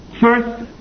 first